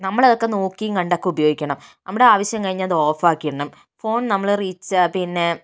നമ്മൾ അതൊക്കെ നോക്കിയും കണ്ടൊക്കെ ഉപയോഗിക്കണം നമ്മുടെ ആവശ്യം കഴിഞ്ഞാൽ അത് ഓഫ് ആക്കി ഇടണം ഫോൺ നമ്മള് റീചാ പിന്നെ